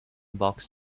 box